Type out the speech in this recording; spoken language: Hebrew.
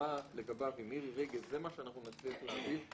להסכמה לגביו עם מירי רגב זה מה שאנחנו נצליח להעביר,